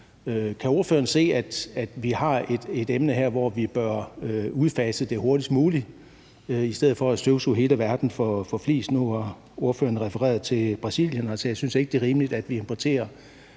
Kan ordføreren se, at vi har et emne her, hvor vi bør udfase det hurtigst muligt, i stedet for at støvsuge hele verden for flis, nu, hvor ordføreren refererede til Brasilien? Altså, jeg synes ikke, det er rimeligt, at vi importerer